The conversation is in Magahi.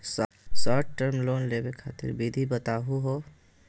शार्ट टर्म लोन लेवे खातीर विधि बताहु हो?